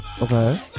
Okay